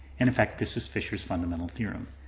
in effect, this is fisher's fundamental theorem.